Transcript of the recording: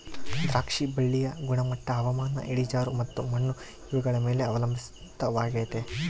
ದ್ರಾಕ್ಷಿ ಬಳ್ಳಿಯ ಗುಣಮಟ್ಟ ಹವಾಮಾನ, ಇಳಿಜಾರು ಮತ್ತು ಮಣ್ಣು ಇವುಗಳ ಮೇಲೆ ಅವಲಂಬಿತವಾಗೆತೆ